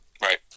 Right